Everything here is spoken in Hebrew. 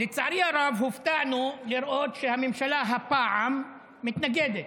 לצערי הרב, הופתענו לראות שהממשלה הפעם מתנגדת.